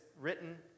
written